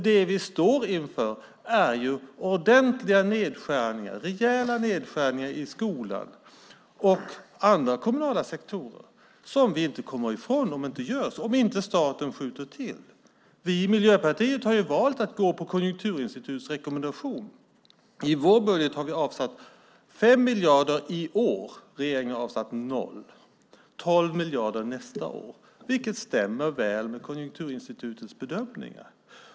Det vi står inför är rejäla nedskärningar i skolan och andra kommunala sektorer som vi inte kommer ifrån om inte staten skjuter till något. Vi i Miljöpartiet har valt att gå på Konjunkturinstitutets rekommendation. I vår budget har vi avsatt 5 miljarder i år. Regeringen har avsatt noll. Vi har avsatt 12 miljarder nästa år, vilket stämmer väl med Konjunkturinstitutets bedömningar.